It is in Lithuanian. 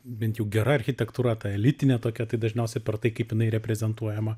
bent jau gera architektūra ta elitinė tokia tai dažniausiai per tai kaip jinai reprezentuojama